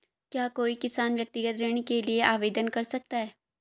क्या कोई किसान व्यक्तिगत ऋण के लिए आवेदन कर सकता है?